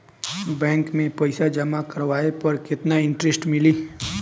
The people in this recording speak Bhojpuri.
बैंक में पईसा जमा करवाये पर केतना इन्टरेस्ट मिली?